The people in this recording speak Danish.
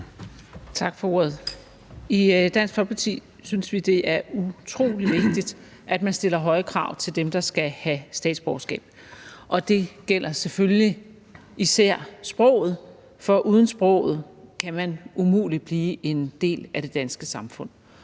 Tak for ordet. I Dansk Folkeparti synes vi, det er utrolig vigtigt, at man stiller høje krav til dem, der skal have statsborgerskab, og det gælder selvfølgelig især sproget, for uden sproget kan man umuligt blive en del af det danske samfund.